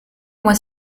moi